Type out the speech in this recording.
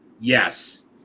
Yes